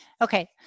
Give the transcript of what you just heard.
Okay